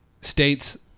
States